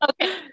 okay